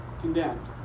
condemned